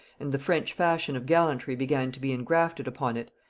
and the french fashion of gallantry began to be engrafted upon it,